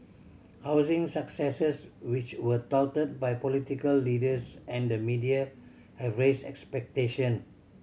housing successes which were touted by political leaders and the media have raised expectation